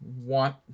want